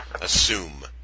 assume